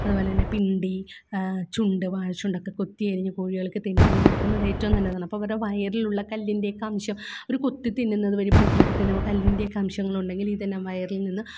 അതുപോലെ തന്നെ പിണ്ടി ചുണ്ട് വാഴച്ചുണ്ടക്കെ കൊത്തിയരിഞ്ഞ് കോഴികൾക്ക് തിന്നാൻ കൊടുക്കുന്നതേറ്റവും നല്ലതാണപ്പവരുടെ വയറിലുള്ള കല്ലിൻ്റെയൊക്കെ അംശം അവര് കൊത്തി തിന്നുന്നത് വഴി പുഴുക്കളൊക്കെ തിന്നുമ്പോള് കല്ലിൻ്റെയൊക്കെ അംശങ്ങളുണ്ടങ്കിൽ ഇതെല്ലാം വയറിൽ നിന്ന്